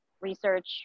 research